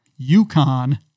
UConn